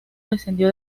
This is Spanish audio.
descendió